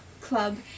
club